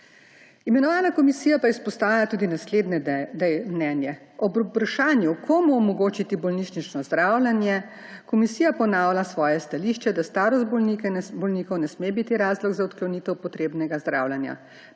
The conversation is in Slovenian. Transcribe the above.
Imenovana komisija pa izpostavlja tudi naslednje mnenje. Ob vprašanju, komu omogočiti bolnišnično zdravljenje, komisija ponavlja svoje stališče, da starost bolnikov ne sme biti razlog za odklonitev potrebnega zdravljenja.